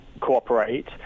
cooperate